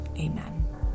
amen